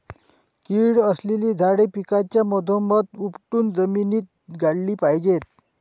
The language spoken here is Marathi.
कीड असलेली झाडे पिकाच्या मधोमध उपटून जमिनीत गाडली पाहिजेत